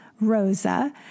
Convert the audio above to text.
Rosa